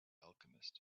alchemist